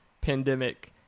pandemic